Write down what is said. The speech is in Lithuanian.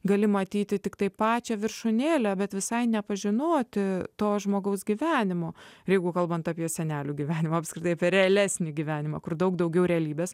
gali matyti tiktai pačią viršūnėlę bet visai nepažinoti to žmogaus gyvenimo jeigu kalbant apie senelių gyvenimą apskritai apie realesnį gyvenimą kur daug daugiau realybės